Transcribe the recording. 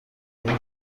های